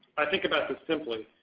i think about this simply.